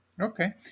Okay